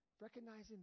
recognizing